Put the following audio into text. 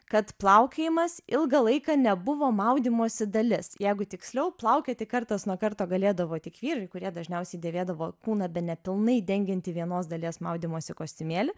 kad plaukiojimas ilgą laiką nebuvo maudymosi dalis jeigu tiksliau plaukioti kartas nuo karto galėdavo tik vyrai kurie dažniausiai dėvėdavo kūną bene pilnai dengiantį vienos dalies maudymosi kostiumėlį